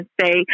say